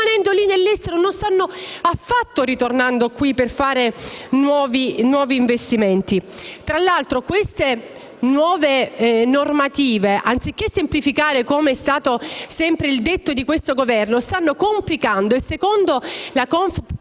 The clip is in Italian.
rimanendo all'estero e non stanno affatto ritornando qui per fare nuovi investimenti. Tra l'altro, le nuove normative, anziché semplificare (come è stato sempre sostenuto da questo Governo), stanno complicando; secondo la